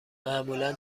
معمولا